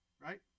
Right